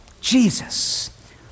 Jesus